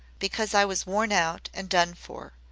because i was worn out and done for,